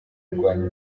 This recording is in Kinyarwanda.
kurwanya